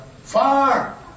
far